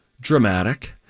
dramatic